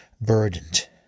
burdened